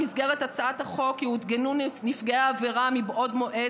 במסגרת הצעת החוק יעודכנו נפגעי העבירה מבעוד מועד